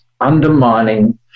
undermining